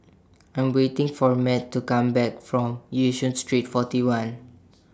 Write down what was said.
I'm waiting For Math to Come Back from Yishun Street forty one